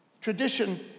Tradition